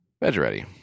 Ready